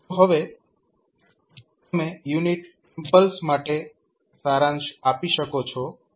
તો હવે તમે યુનિટ ઇમ્પલ્સ માટે સારાંશ આપી શકો છો કે